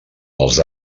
dels